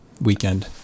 weekend